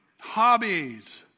hobbies